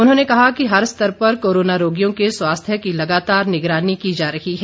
उन्होंने कहा कि हर स्तर पर कोरोना रोगियों के स्वास्थ्य की लगातार निगरानी की जा रही है